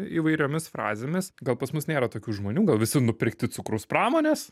įvairiomis frazėmis gal pas mus nėra tokių žmonių gal visi nupirkti cukrus pramonės